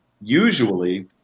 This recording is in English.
Usually